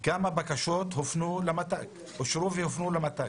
כמה בקשות אושרו והופנו למת"ק?